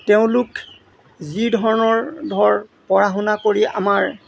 তেওঁ যি ধৰণৰ ধৰ পঢ়া শুনা কৰি আমাৰ